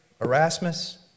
Erasmus